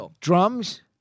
Drums